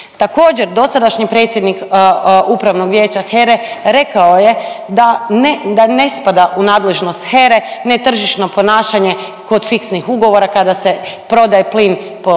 Također dosadašnji predsjednik Upravnog vijeća HERA-e rekao je da ne spada u nadležnost HERA-e netržišno ponašanje kod fiksnih ugovora kada se prodaje plin po